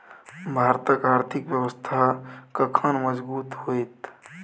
भारतक आर्थिक व्यवस्था कखन मजगूत होइत?